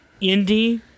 Indy